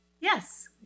Yes